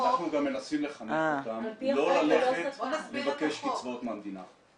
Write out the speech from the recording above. אנחנו גם מנסים לחנך אותם לא ללכת לבקש קצבאות מהמדינה.